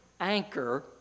anchor